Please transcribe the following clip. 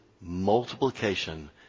multiplication